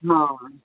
हॅं